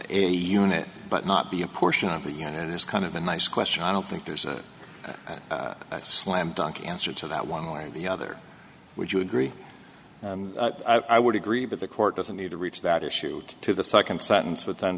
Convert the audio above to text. a unit but not be a portion of the unit is kind of a nice question i don't think there's a slam dunk answer to that one way or the other would you agree and i would agree but the court doesn't need to reach that issued to the second sentence with